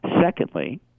secondly